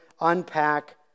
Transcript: unpack